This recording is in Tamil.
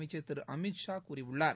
அமைச்சர் திரு அமித்ஷா கூறியுள்ளார்